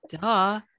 Duh